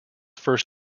first